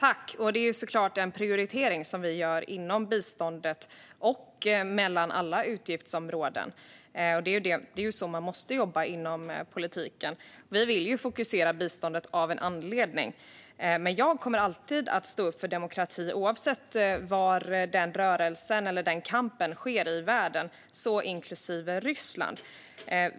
Fru talman! Det är såklart en prioritering som vi gör inom biståndet och mellan alla utgiftsområden. Det är ju så man måste jobba i politiken. Vi vill ju fokusera på biståndet av en anledning. Men jag kommer alltid att stå upp för demokratin, oavsett var den rörelsen eller kampen sker i världen, inklusive Ryssland.